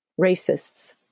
racists